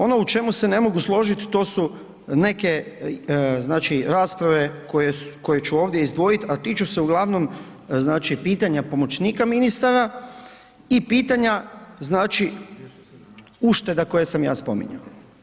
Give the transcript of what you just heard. Ono u čemu se ne mogu složiti, to su neke rasprave koje ću ovdje izdvojit a tiču se uglavnom pitanja pomoćnika ministara i pitanja ušteda koje sam ja spominjao.